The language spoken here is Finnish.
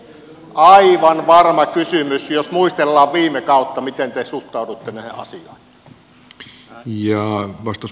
aivan varma asia jos muistellaan viime kautta miten te suhtauduitte näihin asioihin